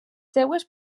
seves